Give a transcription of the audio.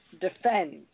defend